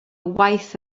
waith